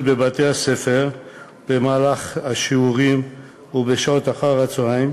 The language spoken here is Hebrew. בבתי-הספר במהלך השיעורים ובשעות אחר-הצהריים,